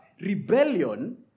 rebellion